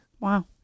Wow